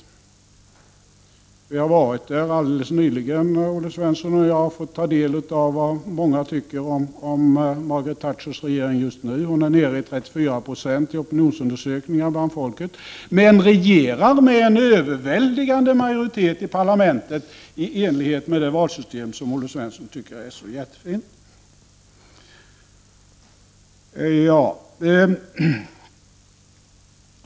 Olle Svensson och jag var alldeles nyligen i Storbritannien för att ta del av vad många människor just nu tycker om Margaret Thatchers regering. I opionsundersökningar får hon stöd av 34 90 av befolkningen, medan hon regerar med en överväldigande majoritet i parlamentet i enlighet med det valsystem som Olle Svensson tycker är så jättefint.